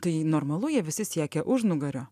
tai normalu jie visi siekia užnugario